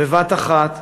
בבת אחת.